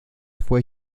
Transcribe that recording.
fue